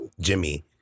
jimmy